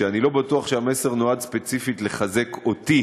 ואני לא בטוח שהמסר נועד ספציפית לחזק אותי,